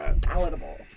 palatable